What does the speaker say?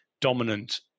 dominant